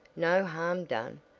no harm done!